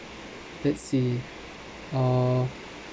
let's see uh